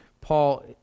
Paul